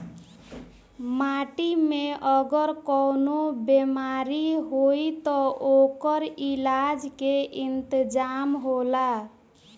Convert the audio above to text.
माटी में अगर कवनो बेमारी होई त ओकर इलाज के इंतजाम होला